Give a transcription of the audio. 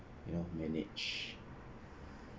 you know manage